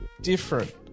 different